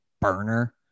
burner